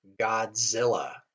Godzilla